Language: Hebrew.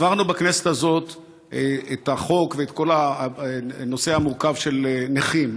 העברנו בכנסת הזאת את החוק ואת כל הנושא המורכב של נכים.